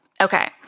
Okay